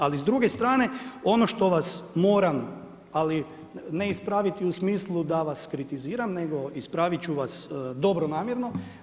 Ali s druge strane ono što vas moram, ali ne ispraviti u smislu da vas kritiziram, nego ispravit ću vas dobronamjerno.